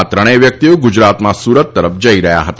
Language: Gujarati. આ ત્રણેય વ્યક્તિઓ ગુજરાતમાં સુરત તરફ જઈ રહ્યા હતા